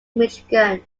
michigan